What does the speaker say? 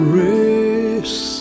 race